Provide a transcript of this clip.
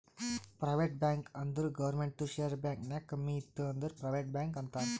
private bank ಅಂದುರ್ ಗೌರ್ಮೆಂಟ್ದು share bank ನಾಗ್ ಕಮ್ಮಿ ಇತ್ತು ಅಂದುರ್ ಪ್ರೈವೇಟ್ ಬ್ಯಾಂಕ್ ಅಂತಾರ್